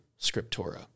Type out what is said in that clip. Scriptura